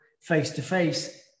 face-to-face